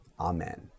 Amen